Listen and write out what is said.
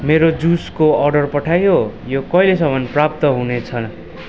मेरो जुसको अर्डर पठाइयो यो कहिलेसम्म प्राप्त हुनेछ